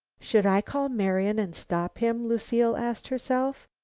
should i call marian and stop him? lucile asked herself.